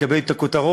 מקבל את הכותרות,